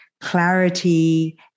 clarity